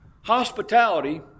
hospitality